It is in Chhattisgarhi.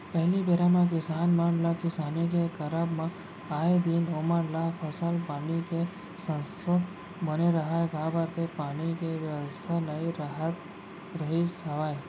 पहिली बेरा म किसान मन ल किसानी के करब म आए दिन ओमन ल फसल पानी के संसो बने रहय काबर के पानी के बेवस्था नइ राहत रिहिस हवय